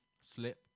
Slip